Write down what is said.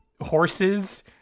horses